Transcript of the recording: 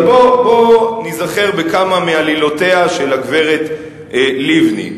אז בוא ניזכר בכמה מעלילותיה של הגברת לבני.